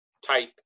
type